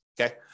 okay